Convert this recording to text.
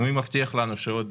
ומי מבטיח לנו שבעוד